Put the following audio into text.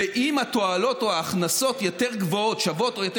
ואם התועלות או ההכנסות שוות או יותר